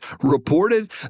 reported